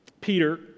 Peter